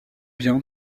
bien